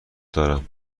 دارم